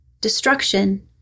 destruction